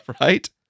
right